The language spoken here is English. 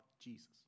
Jesus